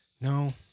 No